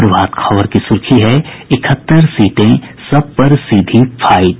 प्रभात खबर की सुर्खी इकहत्तर सीटें सब पर सीधी फाईट